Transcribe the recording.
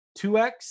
2x